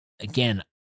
again